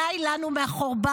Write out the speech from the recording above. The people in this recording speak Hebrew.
די לנו מהחורבן.